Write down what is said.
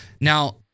now